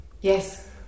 Yes